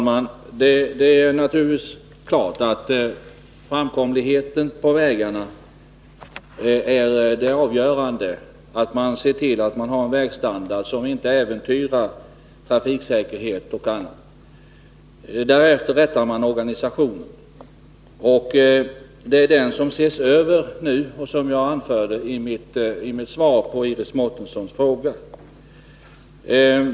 Herr talman! Framkomligheten på vägarna är naturligtvis det avgörande. Vi måste se till att vi har en vägstandard som inte äventyrar trafiksäkerheten. Därefter rättar man organisationen. Det är den som nu ses över, vilket jag anförde i mitt svar på Iris Mårtenssons fråga.